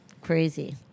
Crazy